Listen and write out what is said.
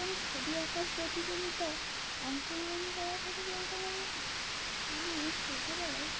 কোনো ছবি আঁকার প্রতিযোগিতায় অংশগ্রহণ করার কথা বলতে গেলে আমি ছোটোবেলায়